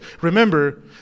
Remember